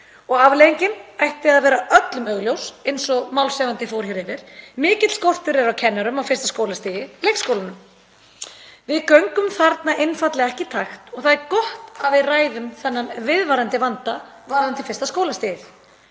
Afleiðingin ætti að vera öllum augljós, eins og málshefjandi fór hér yfir. Mikill skortur er á kennurum á fyrsta skólastigi, leikskólanum. Við göngum þarna einfaldlega ekki í takt og það er gott að við ræðum þennan viðvarandi vanda varðandi fyrsta skólastigið.